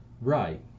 Right